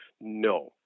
No